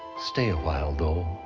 stay a while, though.